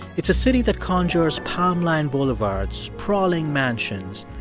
it's a city that conjures palm-lined boulevards, sprawling mansions,